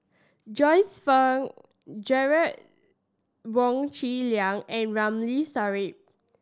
Joyce Fan Derek Wong Zi Liang and Ramli Sarip